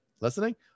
listening